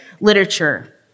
literature